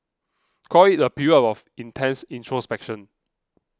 call it a period of intense introspection